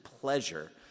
pleasure